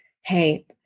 hey